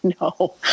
no